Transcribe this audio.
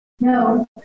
No